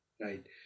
right